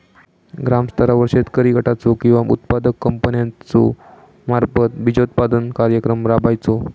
ग्रामस्तरावर शेतकरी गटाचो किंवा उत्पादक कंपन्याचो मार्फत बिजोत्पादन कार्यक्रम राबायचो?